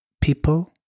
people